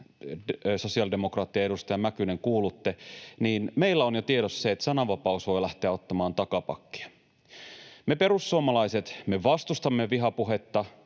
sosiaalidemokraattien edustaja Mäkynen, kuulutte, on jo tiedossa se, että sananvapaus voi lähteä ottamaan takapakkia. Me perussuomalaiset vastustamme vihapuhetta,